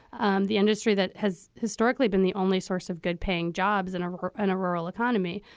um the industry that has historically been the only source of good paying jobs and are in a rural economy.